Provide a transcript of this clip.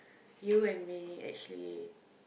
you and me actually